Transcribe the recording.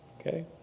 Okay